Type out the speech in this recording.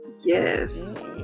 yes